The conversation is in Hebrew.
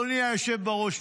אדוני היושב בראש,